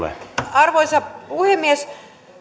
arvoisa puhemies